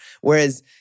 Whereas